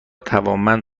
توانمند